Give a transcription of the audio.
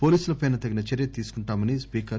పోలీసులపై తగినచర్య తీసుకుంటామని స్పీకర్